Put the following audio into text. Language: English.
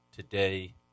today